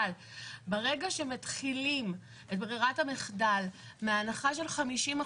אבל ברגע שמתחילים את ברירת המחדל מההנחה של 50%,